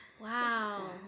Wow